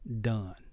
done